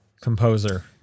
composer